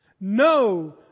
No